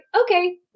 okay